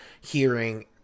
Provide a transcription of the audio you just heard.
hearing